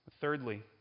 Thirdly